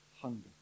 hunger